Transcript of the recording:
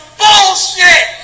bullshit